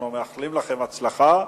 אנחנו מאחלים לכם הצלחה,